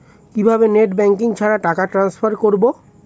কিভাবে net banking ছাড়া টাকা ট্রান্সফার করবো?